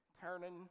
Turning